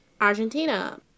Argentina